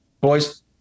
boys